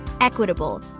equitable